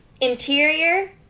interior